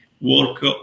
work